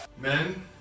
Men